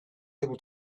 able